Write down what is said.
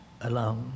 alone